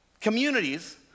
Communities